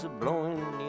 blowing